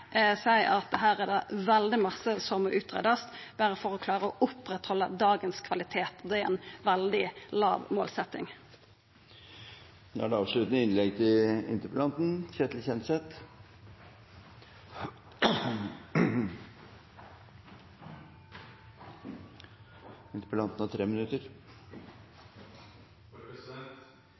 at her er det veldig mykje som må utgreiast berre for å klara å oppretthalda dagens kvalitet, og det er ei veldig